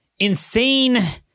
Insane